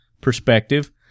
perspective